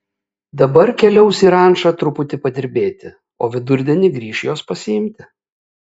dabar keliaus į rančą truputį padirbėti o vidurdienį grįš jos pasiimti